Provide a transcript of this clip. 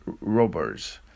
robbers